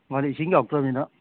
ꯃꯥꯟꯅꯦ ꯏꯁꯤꯡ ꯌꯥꯎꯔꯛꯇ꯭ꯔꯕꯅꯤꯅ